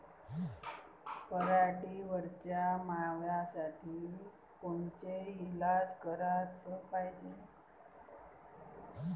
पराटीवरच्या माव्यासाठी कोनचे इलाज कराच पायजे?